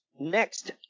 Next